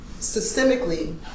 systemically